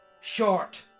short